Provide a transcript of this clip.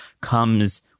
comes